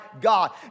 God